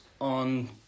on